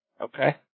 Okay